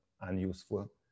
unuseful